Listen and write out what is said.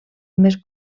més